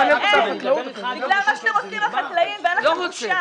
זה בדיוק כמו --- כל הכספים הקואליציוניים מועברים דרך משרד החקלאות.